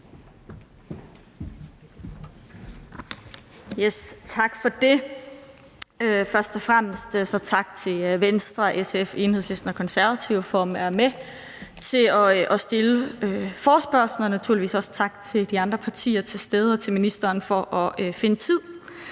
Tak for det. Først og fremmest tak til Venstre, SF, Enhedslisten og Konservative for at være med til at stille forespørgslen, og naturligvis også tak til de andre partier, der er til stede, og til ministeren for at finde tid.